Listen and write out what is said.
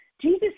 Jesus